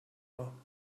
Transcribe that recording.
war